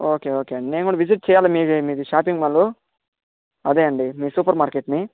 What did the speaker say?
okay okay నేను కూడా visit చేయాలి మీ మీ షాపింగ్ మాలు అదే అండి మీ సూపర్ మార్కెట్ని